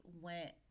went